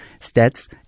stats